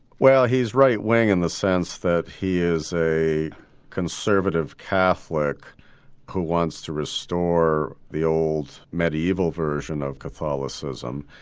well he's right-wing in the sense that he is a conservative catholic who wants to restore the old medieval version of catholicism.